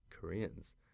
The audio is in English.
Koreans